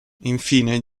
infine